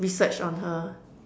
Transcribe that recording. research on her